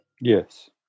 Yes